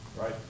Right